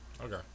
okay